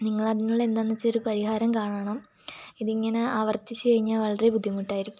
നിങ്ങൾ അതിനുള്ള എന്താണെന്ന് വച്ചാൽ ഒരു പരിഹാരം കാണണം ഇതിങ്ങനെ ആവർത്തിച്ച് കഴിഞ്ഞാൽ വളരെ ബുദ്ധിമുട്ടായിരിക്കും